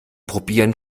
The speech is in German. probieren